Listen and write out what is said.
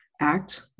act